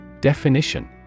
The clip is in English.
Definition